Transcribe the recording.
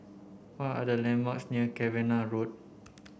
what are the landmarks near Cavenagh Road